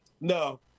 No